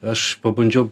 aš pabandžiau